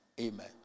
amen